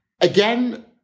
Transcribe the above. Again